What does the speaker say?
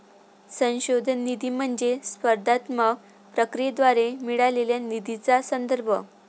संशोधन निधी म्हणजे स्पर्धात्मक प्रक्रियेद्वारे मिळालेल्या निधीचा संदर्भ